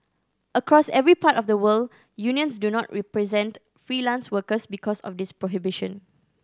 across every part of the world unions do not represent freelance workers because of this prohibition